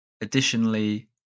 Additionally